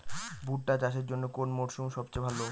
ভুট্টা চাষের জন্যে কোন মরশুম সবচেয়ে ভালো?